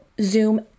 zoom